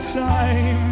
time